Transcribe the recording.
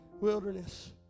wilderness